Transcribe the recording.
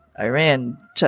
Iran